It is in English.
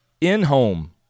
in-home